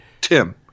Tim